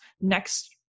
next